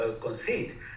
concede